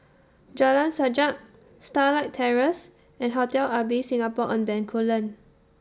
Jalan Sajak Starlight Terrace and Hotel Ibis Singapore on Bencoolen